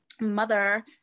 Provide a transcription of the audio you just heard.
mother